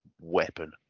weapon